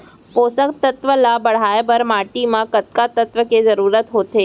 पोसक तत्व ला बढ़ाये बर माटी म कतका तत्व के जरूरत होथे?